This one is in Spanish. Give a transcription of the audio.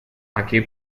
aquí